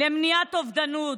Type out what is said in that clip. למניעת אובדנות.